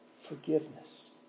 forgiveness